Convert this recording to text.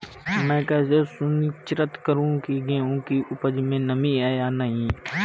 मैं कैसे सुनिश्चित करूँ की गेहूँ की उपज में नमी है या नहीं?